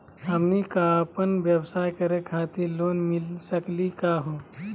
हमनी क अपन व्यवसाय करै खातिर लोन मिली सकली का हो?